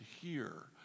hear